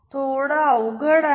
थोडं अवघड आहे